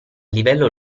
livello